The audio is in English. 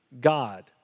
God